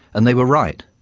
and they were right.